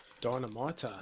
Dynamite